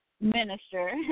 minister